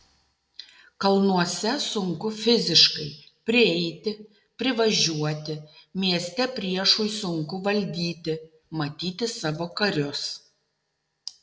kalnuose sunku fiziškai prieiti privažiuoti mieste priešui sunku valdyti matyti savo karius